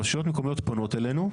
הרשויות המקומיות פונות אלינו,